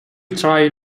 try